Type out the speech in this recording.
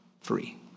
free